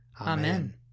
Amen